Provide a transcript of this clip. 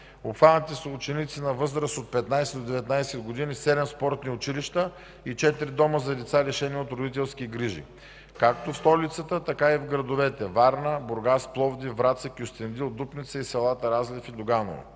Обхванати са ученици на възраст от 15 до 19 години, седем спортни училища и четири дома за деца, лишени от родителски грижи както в столицата, така и в градовете Варна, Бургас, Пловдив, Враца, Кюстендил, Дупница и селата Разлив и Доганово.